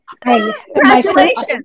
Congratulations